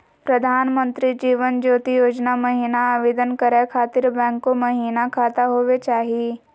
प्रधानमंत्री जीवन ज्योति योजना महिना आवेदन करै खातिर बैंको महिना खाता होवे चाही?